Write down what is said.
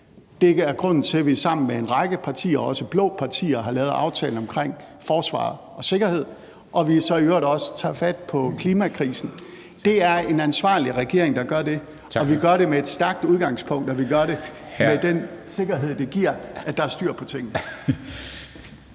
Det er grunden til, at vi sammen med en række partier, også blå partier, har lavet aftalen omkring forsvar og sikkerhed, og vi tager i øvrigt også fat på klimakrisen. Det er en ansvarlig regering, der gør det. Vi gør det med et stærkt udgangspunkt, og vi gør det med den sikkerhed, det giver, at der er styr på tingene.